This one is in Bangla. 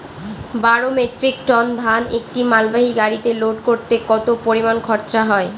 বারো মেট্রিক টন ধান একটি মালবাহী গাড়িতে লোড করতে কতো পরিমাণ খরচা হয়?